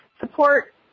support